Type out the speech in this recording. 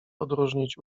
odróżnić